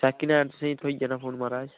second hand तुसेंई थ्होई जाना फोन महाराज